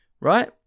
right